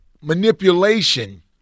manipulation